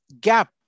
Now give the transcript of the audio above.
gap